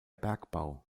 bergbau